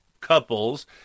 couples